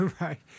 Right